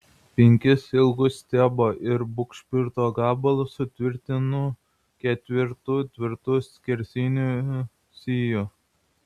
penkis ilgus stiebo ir bugšprito gabalus sutvirtinu ketvertu tvirtų skersinių sijų